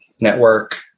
Network